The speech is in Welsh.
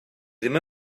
ddim